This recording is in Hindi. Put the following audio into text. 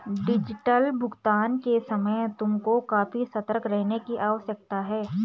डिजिटल भुगतान के समय तुमको काफी सतर्क रहने की आवश्यकता है